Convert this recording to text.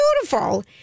beautiful